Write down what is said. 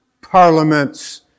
parliaments